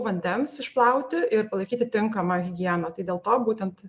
vandens išplauti ir palaikyti tinkamą higieną tai dėl to būtent